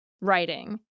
writing